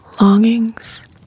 longings